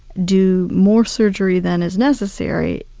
do more surgery than is necessary,